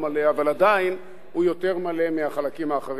אבל עדיין הוא יותר מלא מהחלקים האחרים שלו,